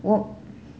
我